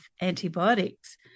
antibiotics